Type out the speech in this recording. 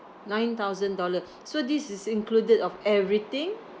nine thousand dollar so this is included of everything